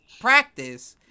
practice